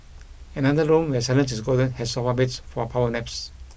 another room where silence is golden has sofa beds for power naps